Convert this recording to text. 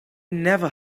never